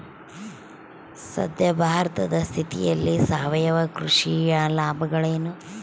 ಸದ್ಯ ಭಾರತದ ಸ್ಥಿತಿಯಲ್ಲಿ ಸಾವಯವ ಕೃಷಿಯ ಲಾಭಗಳೇನು?